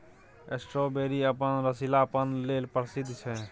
strawberry अपन रसीलापन लेल प्रसिद्ध छै